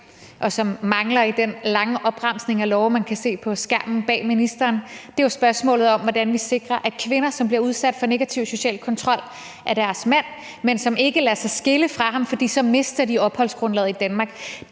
og som mangler i den lange opremsning af lovforslag, man kan se på skærmen bag ministeren, er jo spørgsmålet om, hvordan vi sikrer det for de kvinder, som bliver udsat for negativ social kontrol af deres mand, men som ikke lader sig skille fra ham, fordi de så mister opholdsgrundlaget i Danmark.